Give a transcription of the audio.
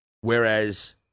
whereas